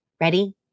Ready